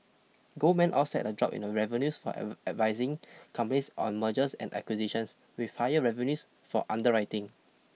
Goldman offset a drop in the revenues for advising companies on mergers and acquisitions with higher revenues for underwriting